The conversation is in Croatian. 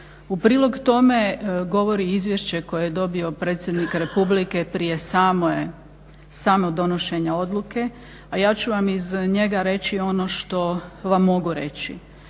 U prilog tome govori izvješće koje je dobio predsjednik Republike prije samog donošenja odluke, a ja ću vam iz njega reći ono što vam mogu reći.